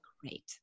Great